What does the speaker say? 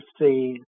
see